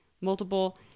Multiple